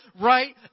right